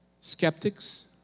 skeptics